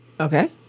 Okay